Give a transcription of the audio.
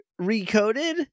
Recoded